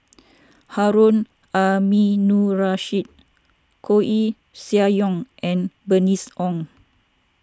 Harun Aminurrashid Koeh Sia Yong and Bernice Ong